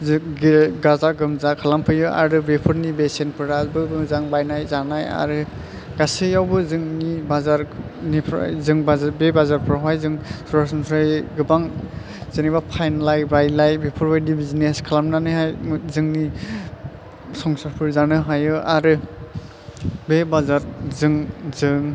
गाजा गोमजा खालामफैयो आरो बेफोरनि बेसेनफोराबो मोजां बायनाय जानाय आरो गासैयावबो जोंनि बाजारनिफ्राय जों बे बाजारफोरावहाय जों सरासनस्रायै गोबां जेनोबा फानलाय बायलाय बेफोरबादि बिजिनेस खालामनानै हाय जोंनि संसारफोर जानो हायो आरो बे बाजारजों जों